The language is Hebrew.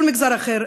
כל מגזר אחר,